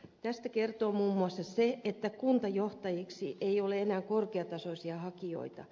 tästä kertoo muun muassa se että kuntajohtajiksi ei ole enää korkeatasoisia hakijoita